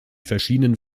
verschiedenen